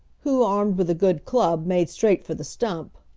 who, armed with a good club, made straight for the stump.